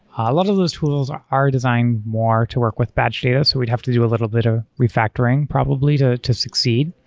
a lot of those tools are are designed more to work with batch data. so we'd have to do a little bit of refactoring probably to to succeed.